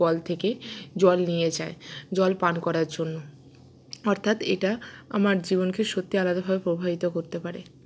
call থেকে জল নিয়ে যায় জল পান করার জন্য অর্থাৎ এটা আমার জীবনকে সত্যি আলাদাভাবে প্রভাবিত করতে পারে